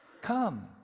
Come